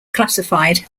classified